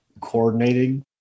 coordinating